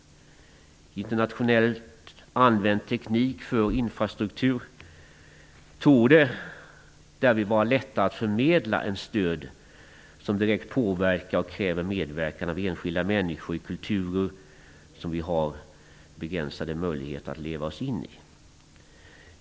Internationellt använd teknik för infrastruktur torde vara lättare att förmedla än stöd. Stödet påverkar och kräver medverkan av enskilda människor på ett sätt som vi har begränsade möjligheter att leva oss in i.